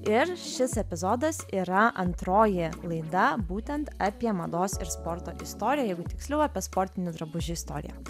ir šis epizodas yra antroji laida būtent apie mados ir sporto istoriją jeigu tiksliau apie sportinių drabužių istoriją